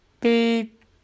beep